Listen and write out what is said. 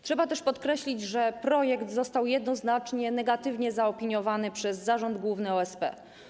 Trzeba też podkreślić, że projekt został jednoznacznie negatywnie zaopiniowany przez zarząd główny OSP.